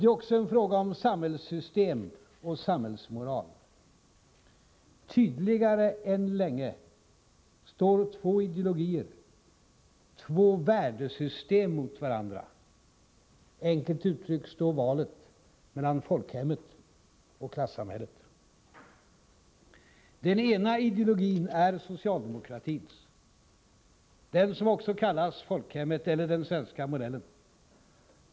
Det är också en fråga om samhällssystem och samhällsmoral. Tydligare än på länge står två ideologier, två värdesystem, mot varandra. Enkelt uttryckt står valet mellan folkhemmet och klassamhället. Den ena ideologin är socialdemokratins, den som också kallas folkhemmet eller den svenska modellen.